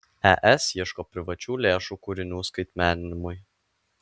es ieško privačių lėšų kūrinių skaitmeninimui